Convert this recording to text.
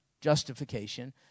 justification